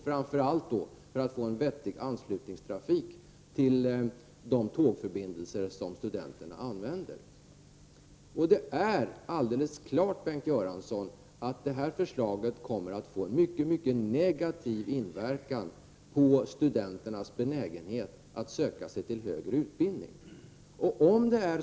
Framför allt ville man få till stånd en vettig anslutningstrafik till de tågförbindelser som studenterna utnyttjade. Det står alldeles klart, Bengt Göransson, att detta förslag får en mycket negativ påverkan på studenternas benägenhet att söka sig till högre utbildningar.